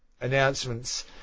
announcements